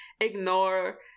ignore